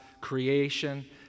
creation